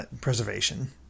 preservation